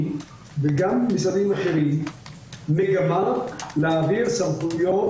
וגם ממשרדים אחרים מגמה להעביר סמכויות